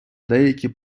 деякі